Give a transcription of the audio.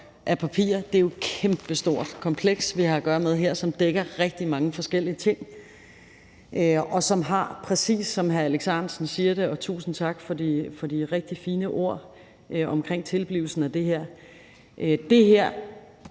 herop. Det er jo et kæmpestort kompleks, vi har at gøre med her, som dækker rigtig mange forskellige ting. Det er, præcis som hr. Alex Ahrendtsen siger det, og tusind tak for de rigtig fine ord omkring tilblivelsen af det her. Det her